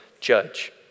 judge